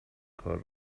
کار